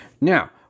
Now